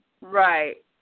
Right